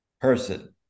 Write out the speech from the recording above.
person